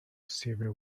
civil